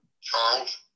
Charles